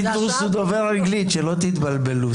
פינדרוס הוא דובר אנגלית, שלא תתבלבלו.